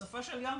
בסופו של יום,